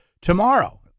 tomorrow